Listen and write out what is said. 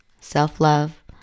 self-love